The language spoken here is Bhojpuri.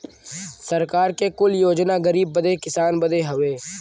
सरकार के कुल योजना गरीब बदे किसान बदे हउवे